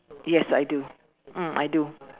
yes I do mm I do